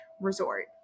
resort